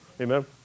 Amen